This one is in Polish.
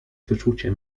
wyczucie